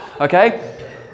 Okay